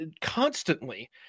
constantly